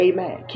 Amen